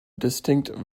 distinct